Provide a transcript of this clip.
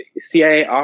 cia